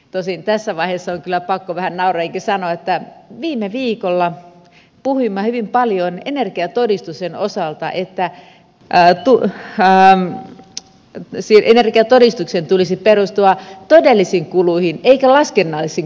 tosin tässä vaiheessa on kyllä pakko vähän nauraenkin sanoa että viime viikolla puhuimme hyvin paljon energiatodistusten osalta että energiatodistuksen tulisi perustua todellisiin kuluihin eikä laskennallisiin kuluihin